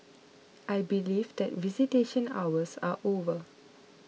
I believe that visitation hours are over